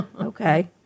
Okay